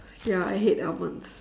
ya I hate almonds